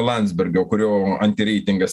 landsbergio kurio antireitingas